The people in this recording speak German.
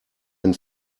ein